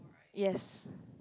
yes